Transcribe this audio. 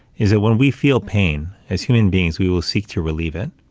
is that when we feel pain as human beings, we will seek to relieve it.